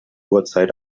uhrzeit